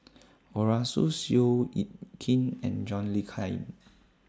Arasu Seow Yit Kin and John Le Cain